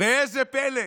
ראה זה פלא,